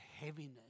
heaviness